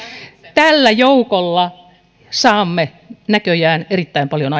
tällä joukolla saamme näköjään erittäin paljon